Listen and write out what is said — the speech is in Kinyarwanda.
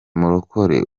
murokore